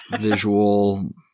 visual